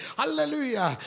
Hallelujah